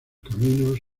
caminos